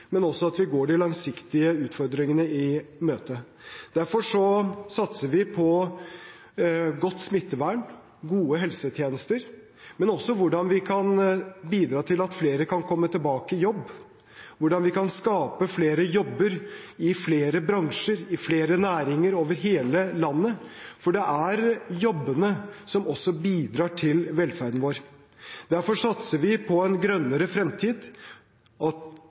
men også at vi går de langsiktige utfordringene i møte. Derfor satser vi på godt smittevern, gode helsetjenester, men også på hvordan vi kan bidra til at flere kan komme tilbake i jobb, hvordan vi kan skape flere jobber i flere bransjer, i flere næringer, over hele landet. For det er jobbene som også bidrar til velferden vår. Derfor satser vi på en grønnere fremtid, at tiltakene skal bidra til at klimagassutslippene går ned, og